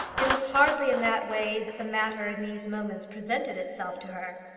it was hardly in that way that the matter in these moments presented itself to her.